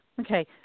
Okay